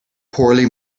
poorly